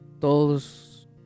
todos